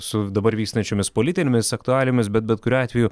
su dabar vystančiomis politinėmis aktualijomis bet bet kuriuo atveju